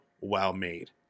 well-made